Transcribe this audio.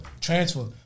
transfer